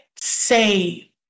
say